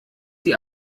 die